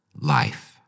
life